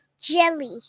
Jelly